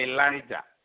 Elijah